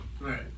Right